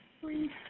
please